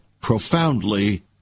profoundly